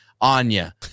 Anya